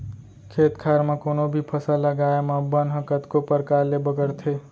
खेत खार म कोनों भी फसल लगाए म बन ह कतको परकार ले बगरथे